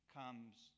comes